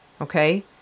Okay